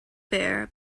bear